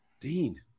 Dean